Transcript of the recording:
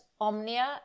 omnia